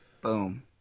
Boom